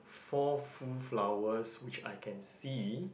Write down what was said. four full flowers which I can see